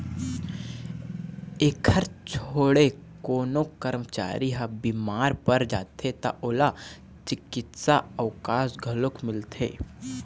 एखर छोड़े कोनो करमचारी ह बिमार पर जाथे त ओला चिकित्सा अवकास घलोक मिलथे